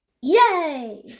Yay